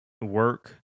work